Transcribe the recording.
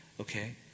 okay